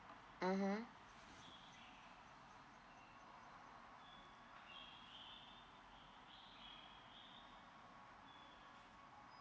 mmhmm